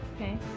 Okay